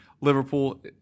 Liverpool